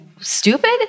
stupid